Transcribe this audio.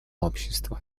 общества